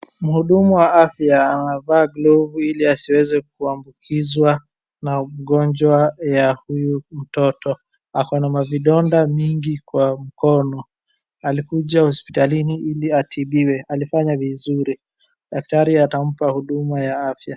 Mhudumu wa afya amevaa glovu ili asiweze kuambukizwa na uginjwa ya huyu mtoto. Ako na mavidonda mingi kwa mkono, alikuja hospitalini ili atibiwe, alifanya vizuri. Daktari atampa huduma ya afya.